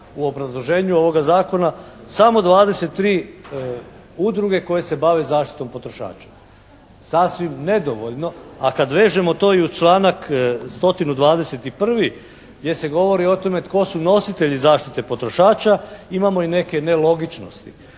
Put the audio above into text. u obrazloženju ovoga Zakona samo 23 udruge koje se bave zaštitom potrošača. A kad vežemo to i uz članak 121. gdje se govori o tome tko su nositelji zaštite potrošača imamo i neke nelogičnosti.